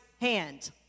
hand